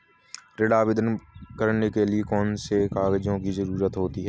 ऋण आवेदन करने के लिए कौन कौन से कागजों की जरूरत होती है?